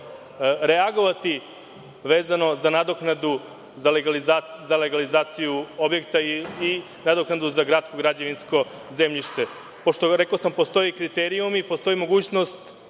reagovati, vezano za nadoknadu za legalizaciju objekta i nadoknadu za gradsko građevinsko zemljište? Rekao sam postoje kriterijumi, postoji mogućnost,